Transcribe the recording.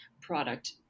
product